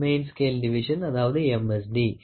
D Main Scale Division M